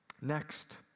Next